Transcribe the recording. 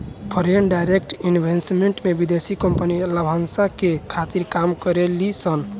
foreign direct investment में विदेशी company लाभांस के खातिर काम करे ली सन